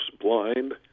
blind